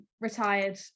retired